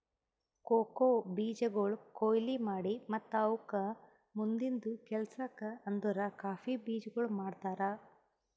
cocoa ಬೀಜಗೊಳ್ ಕೊಯ್ಲಿ ಮಾಡಿ ಮತ್ತ ಅವುಕ್ ಮುಂದಿಂದು ಕೆಲಸಕ್ ಅಂದುರ್ ಕಾಫಿ ಬೀಜಗೊಳ್ ಮಾಡ್ತಾರ್